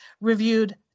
reviewed